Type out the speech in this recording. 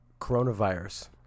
coronavirus